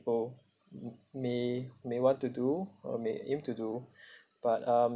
people may may want to do or may aim to do but um